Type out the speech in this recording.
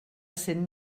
cent